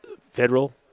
federal